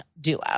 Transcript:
duo